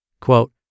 Quote